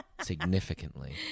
significantly